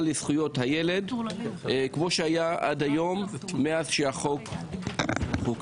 לזכויות הילד כפי שהיה עד היום מאז שהחוק חוקק.